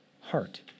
heart